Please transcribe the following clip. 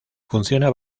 funciona